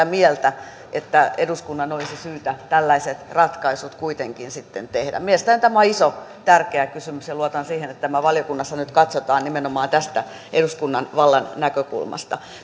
mieltä että eduskunnan olisi syytä tällaiset ratkaisut kuitenkin sitten tehdä mielestäni tämä on iso tärkeä kysymys ja luotan siihen että tätä valiokunnassa katsotaan nimenomaan tästä eduskunnan vallan näkökulmasta